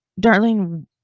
Darlene